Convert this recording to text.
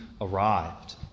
arrived